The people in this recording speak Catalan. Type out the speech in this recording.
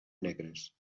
negres